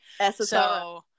SSR